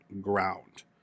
ground